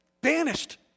Banished